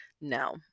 no